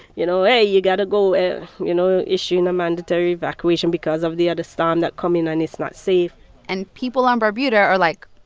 you know, hey, you got to go ah you know, issuing a mandatory evacuation because of the other storm that's coming, and it's not safe and people on barbuda are like,